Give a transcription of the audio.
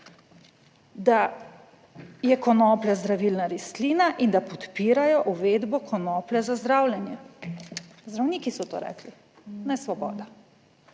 da je konoplja zdravilna rastlina in da podpirajo uvedbo konoplje za zdravljenje. Zdravniki so to rekli, ne Svoboda.